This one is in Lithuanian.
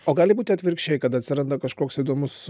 o gali būti atvirkščiai kad atsiranda kažkoks įdomus